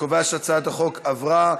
שהצעת החוק עברה,